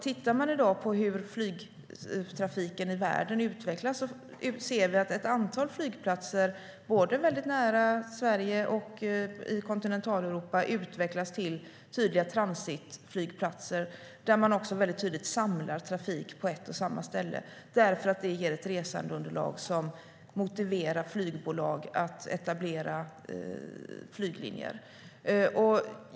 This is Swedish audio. Tittar vi på hur flygtrafiken i världen utvecklas ser vi att ett antal flygplatser, både väldigt nära Sverige och i Kontinentaleuropa, utvecklas till tydliga transitflygplatser där man samlar trafik på ett och samma ställe därför att det ger ett resandeunderlag som motiverar flygbolag att etablera flyglinjer.